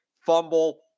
fumble